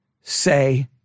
say